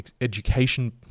education